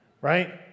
right